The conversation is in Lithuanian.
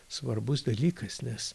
svarbus dalykas nes